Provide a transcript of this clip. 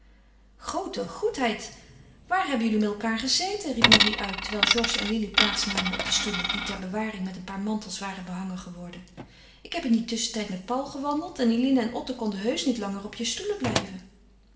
groote goedheid waar hebben jullie met elkaâr gezeten riep marie uit terwijl georges en lili plaats namen op de stoelen die ter bewaring met een paar mantels waren behangen geworden ik heb in dien tusschentijd met paul gewandeld en eline en otto konden heusch niet langer op je stoelen blijven